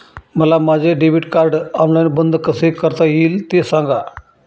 मला माझे debit card online बंद कसे करता येईल, ते सांगा